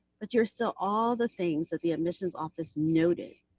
but you're still all the things that the admissions office noted